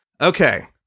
Okay